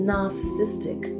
Narcissistic